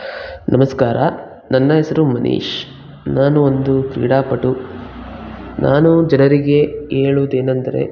ನಮಸ್ಕಾರ ನನ್ನ ಹೆಸರು ಮನೀಶ್ ನಾನು ಒಂದು ಕ್ರೀಡಾಪಟು ನಾನು ಜನರಿಗೆ ಹೇಳುವುದೇನೆಂದರೆ